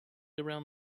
around